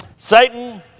Satan